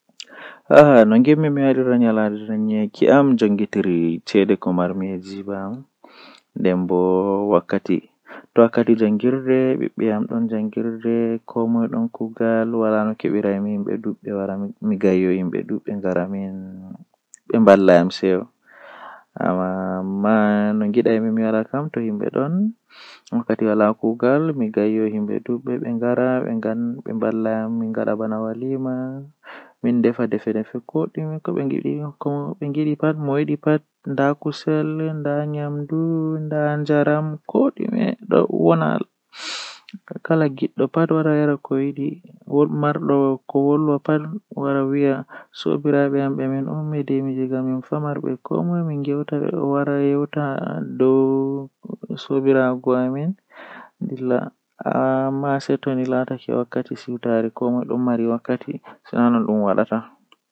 Ko allah arti windi fe'an do doole ko ayidi ko ayida fe'an seini woodi ko awawata wadugo ngam to hunde man wari a anda no hoyintama malla a anda no atokkirta be mai doole on to allah arti windi do doole dum wada.